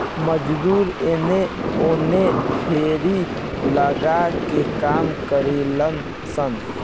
मजदूर एने ओने फेरी लगा के काम करिलन सन